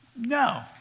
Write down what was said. no